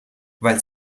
weil